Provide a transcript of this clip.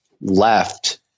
left